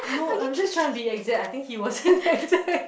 no I'm just being to be exact I think he was